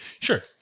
Sure